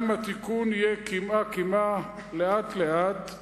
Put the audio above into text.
גם אם התיקון יהיה קמעה-קמעה, לאט-לאט,